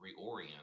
reorient